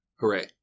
hooray